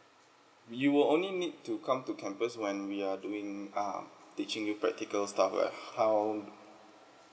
you will only need to come to campus when we are doing um teaching you practical stuff like how